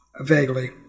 Vaguely